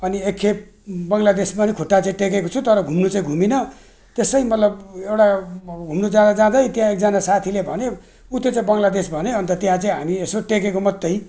अनि एकखेप बङ्लादेशमा पनि खुट्टा चाहिँ टेकेको छु तर घुम्नु चाहिँ घुमिनँ त्यसै मतलब एउटा घुम्नु जाँदाजाँदै त्यहाँ एकजना साथीले भन्यो उ त्यो चाहिँ बङ्लादेश भन्यो अन्त त्यहाँ चाहिँ हामी यसो टेकेको मात्रै